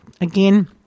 Again